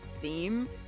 theme